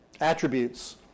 attributes